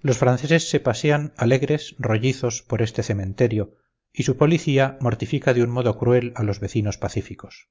los franceses se pasean alegres rollizos por este cementerio y su policía mortifica de un modo cruel a los vecinos pacíficos